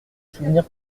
souvenir